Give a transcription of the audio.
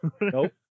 Nope